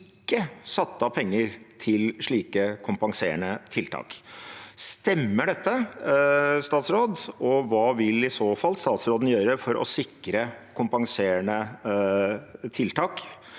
ikke satt av penger til slike kompenserende tiltak. Stemmer dette, og hva vil i så fall statsråden gjøre for å sikre kompenserende tiltak